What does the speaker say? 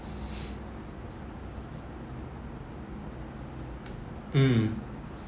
mm